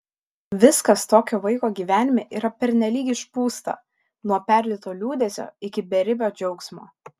viskas tokio vaiko gyvenime yra pernelyg išpūsta nuo perdėto liūdesio iki beribio džiaugsmo